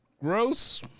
gross